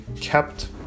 kept